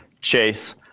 Chase